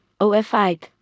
OFI